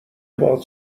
باهات